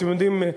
אתם יודעים,